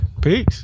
Peace